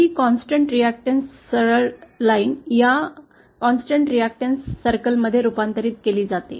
ही स्थिर प्रतिक्रिया सरळ रेष या स्थिर प्रतिक्रिया वर्तुळामध्ये रूपांतरित केली जाते